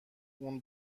اون